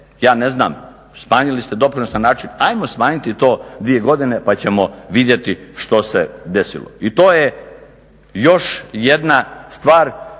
ja ne znam smanjili ste doprinos na način ajmo smanjiti to dvije godine pa ćemo vidjeti što se desilo. I to je još jedna stvar